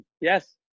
Yes